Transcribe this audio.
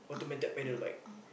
ah ah ah